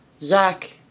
Zach